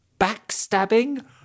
backstabbing